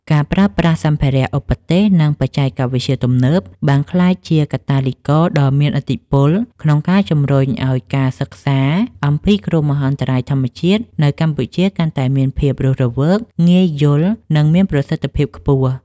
ការប្រើប្រាស់សម្ភារ:ឧបទេស និងបច្ចេកវិទ្យាទំនើប បានក្លាយជាកាតាលីករដ៏មានឥទ្ធិពលក្នុងការជំរុញឱ្យការសិក្សាអំពីគ្រោះមហន្តរាយធម្មជាតិនៅកម្ពុជា កាន់តែមានភាពរស់រវើក ងាយយល់ និងមានប្រសិទ្ធភាពខ្ពស់។